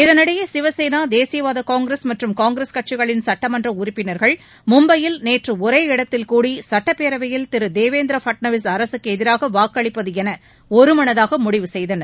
இதனிடையே சிவசேனா தேசியவாத காங்கிரஸ் மற்றும் காங்கிரஸ் கட்சிகளின் சட்டமன்ற உறுப்பினர்கள் மும்பயில் நேற்று ஒரே இடத்தில் கூடி சுட்டப்பேரவையில் திரு தேவேந்திர பட்நவிஸ் அரசுக்கு எதிராக வாக்களிப்பது என ஒருமனதாக முடிவு செய்தனர்